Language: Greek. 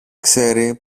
ξέρει